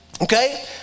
Okay